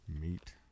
meat